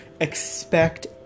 Expect